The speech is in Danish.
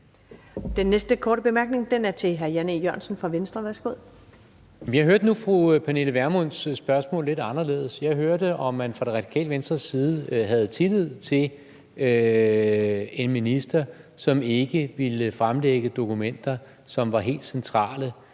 Den næste korte bemærkning er fra hr. Jan E. Jørgensen fra Venstre. Værsgo. Kl. 17:09 Jan E. Jørgensen (V): Jeg hørte nu fru Pernille Vermunds spørgsmål lidt anderledes. Jeg hørte det sådan, at hun spurgte, om man fra Det Radikale Venstres side havde tillid til en minister, som ikke ville fremlægge dokumenter, som var helt centrale